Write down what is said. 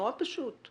נורא פשוט.